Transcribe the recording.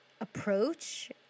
approach